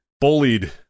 bullied